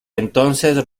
entonces